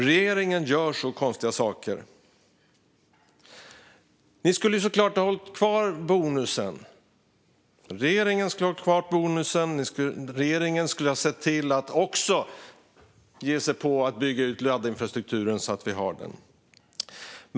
Regeringen skulle såklart ha behållit bonusen och sett till att också bygga ut laddinfrastrukturen så att vi har den.